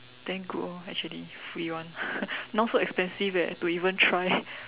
then good orh actually free [one] now so expensive eh to even try